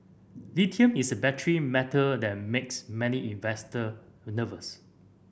lithium is a battery metal that makes many investor nervous